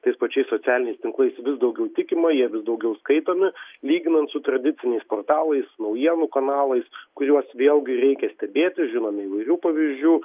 tais pačiais socialiniais tinklais vis daugiau tikima jie vis daugiau skaitomi lyginant su tradiciniais portalais naujienų kanalais kuriuos vėlgi reikia stebėti žinome įvairių pavyzdžių